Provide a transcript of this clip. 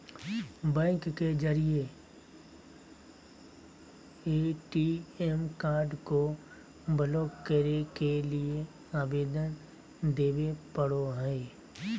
bank के जरिए ATM card को ब्लॉक करे के लिए आवेदन देबे पड़ो हइ